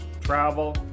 travel